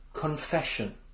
confession